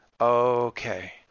okay